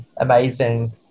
amazing